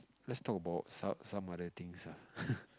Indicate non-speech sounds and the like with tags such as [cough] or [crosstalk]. let's talk about some some other things ah [laughs]